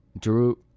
Drew